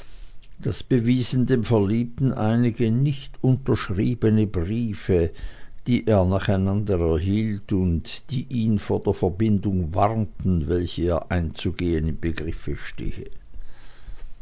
das bewiesen dem verliebten einige nicht unterschriebene briefe die er nacheinander erhielt und die ihn vor der verbindung warnten welche er einzugehen im begriffe stehe